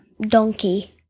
Donkey